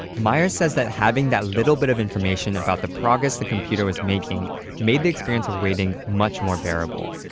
myers says that having that little bit of information about the progress the computer was making made the experience of waiting much more bearable.